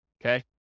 okay